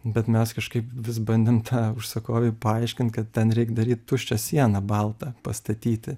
bet mes kažkaip vis bandėm tą užsakovei paaiškint kad ten reik daryt tuščią sieną baltą pastatyti